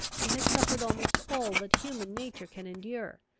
he has suffered almost all that human nature can endure.